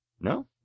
No